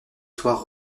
soirs